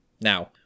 Now